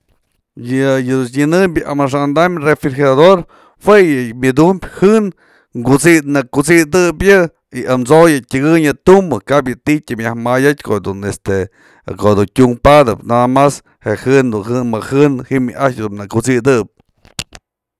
Ye a'ax dun nyanënbyë amaxa'an am refrigerador jue yë myëdum jën, na ku'usitëp yë y amt'so yë tyëkënyë tumbë, kap yë ti'i tyam yajmayät ko'o dun este, ko'o du'un tyunkë padëp nada mas, je jën du më jën di'im du ajtyë në kut'sidëp.